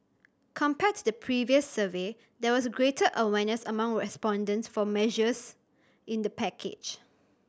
compared to the previous survey there was greater awareness among respondents for measures in the package